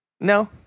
No